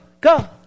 go